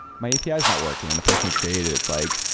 my api is not working, and the person who created, it's like,